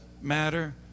matter